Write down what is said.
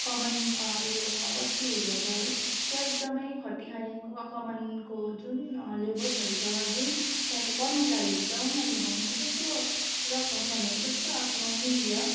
कमान एरिया छ बस्ती एरिया छ है त्यहाँ एकदमै खटिखाने क कमानको जुन लेबर्सहरू छ जुन त्यहाँको कर्मचारीहरू छ उनीहरूले भनेको जस्तो रकम भनेको जस्तो आफ्नो मूल्य